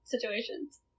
situations